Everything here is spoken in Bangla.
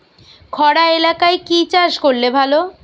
খরা এলাকায় কি চাষ করলে ভালো?